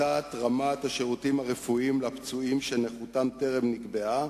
את רמת השירותים הרפואיים לפצועים שנכותם טרם נקבעה,